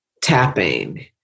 tapping